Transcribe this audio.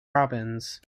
robins